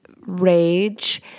rage